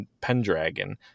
Pendragon